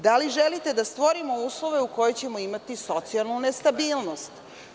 Da li želite da stvorimo uslove u kojima ćemo imati socijalnu nestabilnost.